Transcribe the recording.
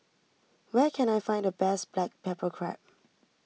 where can I find the best Black Pepper Crab